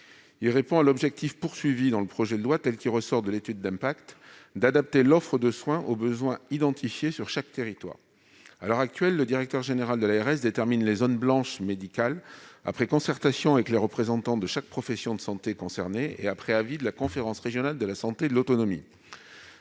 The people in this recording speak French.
répond à l'objectif qui figure dans l'étude d'impact du projet de loi : adapter l'offre de soins aux besoins identifiés sur chaque territoire. À l'heure actuelle, le directeur général de l'ARS détermine les zones blanches médicales après concertation avec les représentants de chaque profession de santé concernés, et après avis de la conférence régionale de la santé et de l'autonomie.